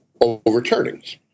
overturnings